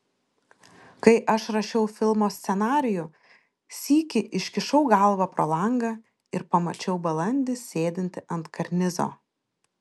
kai aš rašiau filmo scenarijų sykį iškišau galvą pro langą ir pamačiau balandį sėdintį ant karnizo